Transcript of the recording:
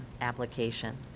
application